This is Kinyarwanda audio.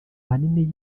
ahanini